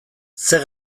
zer